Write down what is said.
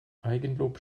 eigenlob